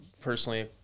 personally